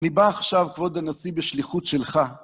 אני בא עכשיו, כבוד הנשיא, בשליחות שלך.